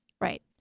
Right